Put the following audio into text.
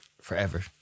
forever